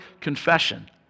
confession